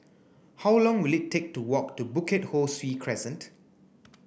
how long will it take to walk to Bukit Ho Swee Crescent